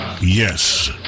Yes